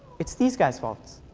it's these guys' faults.